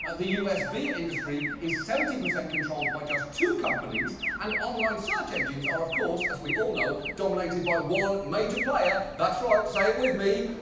the u s. beer industry is seventy percent controlled by just two companies, and online search engines are of course as we all know dominated by one major player. that's right say it with me,